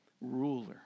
ruler